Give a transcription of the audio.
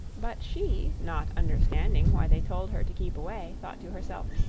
but she, not understanding why they told her to keep away, thought to herself,